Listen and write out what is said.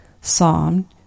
Psalm